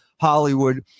Hollywood